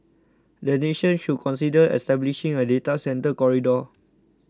the nation should consider establishing a data centre corridor